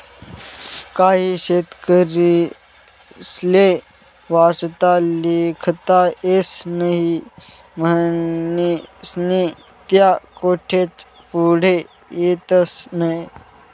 काही शेतकरीस्ले वाचता लिखता येस नही म्हनीस्नी त्या कोठेच पुढे येतस नही